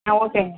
ஆ ஓகேங்க மேடம்